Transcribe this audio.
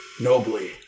nobly